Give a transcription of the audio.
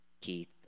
Keith